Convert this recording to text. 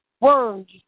words